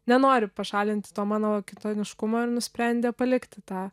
nenori pašalinti to mano kitoniškumo ir nusprendė palikti tą